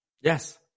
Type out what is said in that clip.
Yes